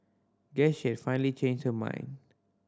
guess she had finally changed her mind